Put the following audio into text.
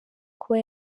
kuba